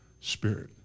spirit